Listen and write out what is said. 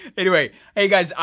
anyway, hey guys,